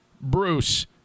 Bruce